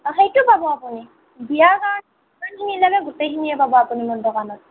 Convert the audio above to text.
অঁ সেইটো পাব আপুনি বিয়াৰ কাৰণে যিমানখিনি লাগে গোটেইখিনিয়ে পাব আপুনি মোৰ দোকানত